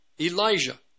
Elijah